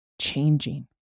changing